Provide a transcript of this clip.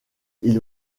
ils